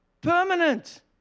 Permanent